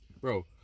Bro